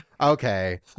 Okay